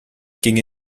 ginge